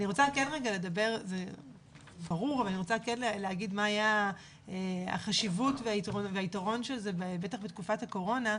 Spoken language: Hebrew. אני רוצה לומר מה הייתה החשיבות והיתרון של זה בטח בתקופת הקורונה.